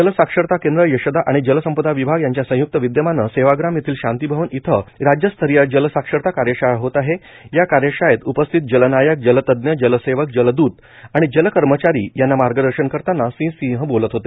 जलसाक्षरता केंद्र यशदा आणि जलसंपदा विभाग यांच्या संय्क्त विद्यमाने सेवाग्राम येथील शांती भवन येथे राज्यस्तरीय जलसाक्षरता कार्यशाळा होत आहे या कार्यशाळेत उपस्थित जलनायक जलतज्ञ जलसेवक जलदत आणि जल कर्मचारी यांना मार्गदर्शन करताना श्री सिंह बोलत होते